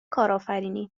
کارآفرینی